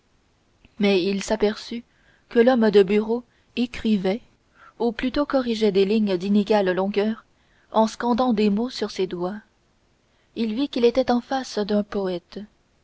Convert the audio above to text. mais il s'aperçut que l'homme de bureau écrivait ou plutôt corrigeait des lignes d'inégales longueurs en scandant des mots sur ses doigts il vit qu'il était en face d'un poète